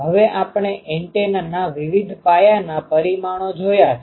હવે આપણે એન્ટેનાantennasતરંગગ્રાહકના વિવિધ પાયાના પરિમાણો જોયા છે